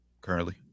currently